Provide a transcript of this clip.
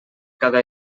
cada